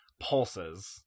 pulses